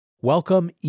Welcome